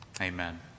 amen